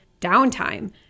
downtime